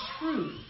truth